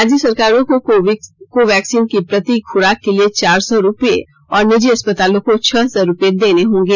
राज्य सरकारों को वैक्सीन की प्रति ख्राक के लिए चार सौ रूपये और निजी अस्पतालों को छह सौ रूपये देने होंगे